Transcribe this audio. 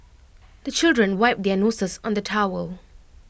the children wipe their noses on the towel